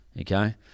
Okay